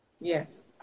yes